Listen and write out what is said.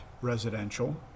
residential